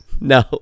No